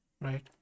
right